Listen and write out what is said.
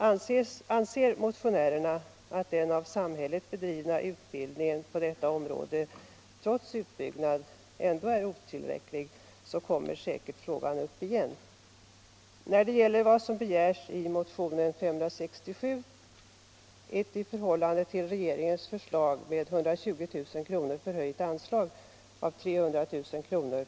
Anser motionärerna att den av samhället bedrivna utbildningen på detta område trots utbyggnad är otillräcklig kommer säkert frågan upp igen. När det gäller vad som begärs i motionen 567, ett i förhållande till regeringens förslag med 120 000 kr. förhöjt anslag om 300 000 kr.